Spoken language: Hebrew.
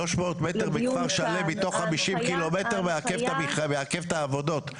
ההנחיה --- 300 מטר מכפר שלם מתוך 50 קילומטר מעכבים את העבודות.